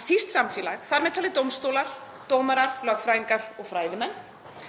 að þýskt samfélag, þ.m.t. dómstólar, dómarar, lögfræðingar og fræðimenn,